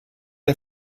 der